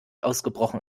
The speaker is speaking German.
ausgebrochen